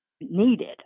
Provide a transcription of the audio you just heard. needed